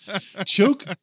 choke